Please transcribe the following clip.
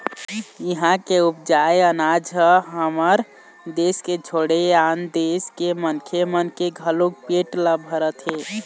इहां के उपजाए अनाज ह हमर देस के छोड़े आन देस के मनखे मन के घलोक पेट ल भरत हे